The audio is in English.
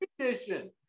tradition